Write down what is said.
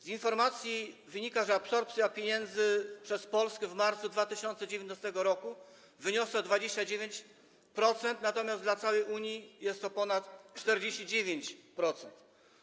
Z informacji wynika, że absorpcja pieniędzy przez Polskę w marcu 2019 r. wyniosła 29%, natomiast w przypadku całej Unii - ponad 49%.